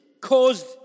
caused